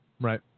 Right